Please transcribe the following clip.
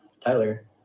Tyler